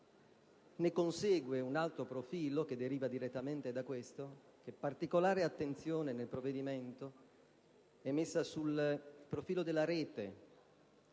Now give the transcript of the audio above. Ne consegue un altro profilo, che deriva direttamente da questo: particolare attenzione nel provvedimento è messa sul profilo della Rete,